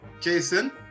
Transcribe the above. Jason